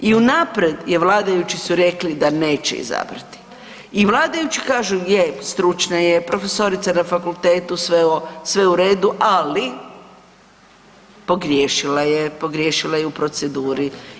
I unaprijed vladajući su rekli da neće izabrati i vladajući kažu je stručna je, profesorica na fakultetu sve u redu, ali pogriješila je, pogriješila je u proceduri.